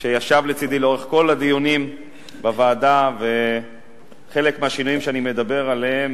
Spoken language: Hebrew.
שישב לצדי לאורך כל הדיונים בוועדה וחלק מהשינויים שאני מדבר עליהם